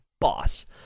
boss